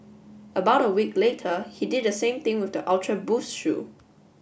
about a week later he did the same thing with the Ultra Boost shoe